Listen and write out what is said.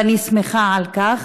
ואני שמחה על כך,